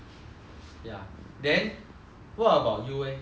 ya then what about you eh